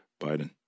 Biden